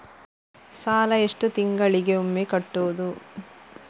ಸಾಲ ಎಷ್ಟು ತಿಂಗಳಿಗೆ ಒಮ್ಮೆ ಕಟ್ಟುವುದು?